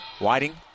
Whiting